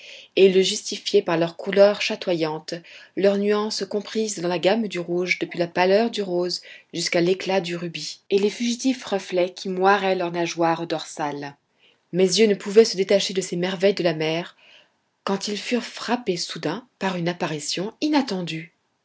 et ils le justifiaient par leurs couleurs chatoyantes leurs nuances comprises dans la gamme du rouge depuis la pâleur du rose jusqu'à l'éclat du rubis et les fugitifs reflets qui moiraient leur nageoire dorsale mes yeux ne pouvaient se détacher de ces merveilles de la mer quand ils furent frappés soudain par une apparition inattendue